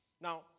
Now